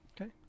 Okay